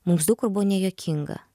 mums daug kur buvo nejuokinga